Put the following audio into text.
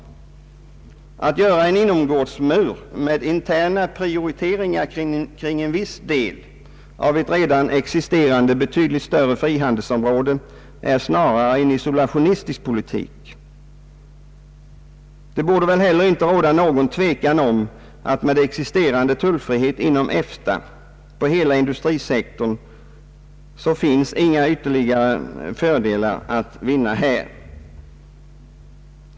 Att göra en inomgårdsmur med interna prioriteringar kring en viss del av ett redan existerande betydligt större frihandelsområde är snarare en isolationistisk politik. Det borde väl heller inte råda någon tvekan om att med existerande tullfrihet inom EFTA det inte finns några ytterligare fördelar att vinna på hela industrisektorn.